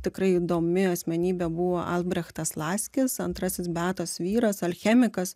tikrai įdomi asmenybė buvo albrechtas laskis antrasis beatos vyras alchemikas